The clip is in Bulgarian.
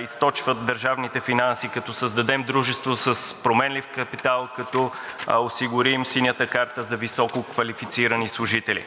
източват държавните финанси, като създадем дружество с променлив капитал, като осигурим Синята карта за висококвалифицирани служители.